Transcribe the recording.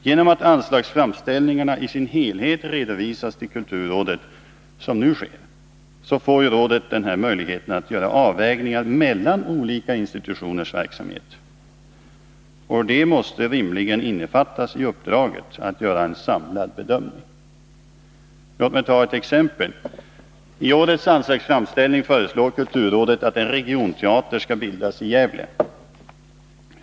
Genom att anslagsframställningarna i sin helhet redovisas till kulturrådet — som nu sker — får ju rådet en möjlighet att göra avvägningar mellan olika institutioners verksamhet. Det måste rimligen innefattas i uppdraget att göra en samlad bedömning. Låt mig ta ett exempel. I årets anslagsframställning föreslår kulturrådet att en regionteater skall bildas i Gävle.